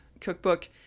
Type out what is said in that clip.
cookbook